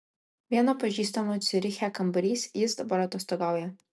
vieno pažįstamo ciuriche kambarys jis dabar atostogauja